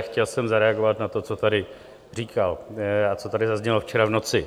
Chtěl jsem zareagovat na to, co tady říkal a co tady zaznělo včera v noci.